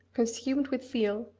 consumed with zeal,